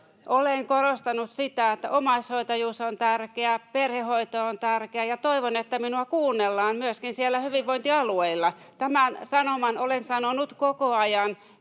Olen korostanut sitä, että omaishoitajuus on tärkeä, perhehoito on tärkeä, ja toivon, että minua kuunnellaan myöskin siellä hyvinvointialueilla. Tämän sanoman olen sanonut koko ajan,